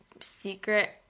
secret